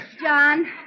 John